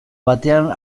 batean